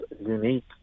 unique